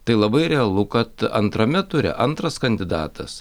tai labai realu kad antrame ture antras kandidatas